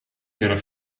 era